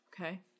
Okay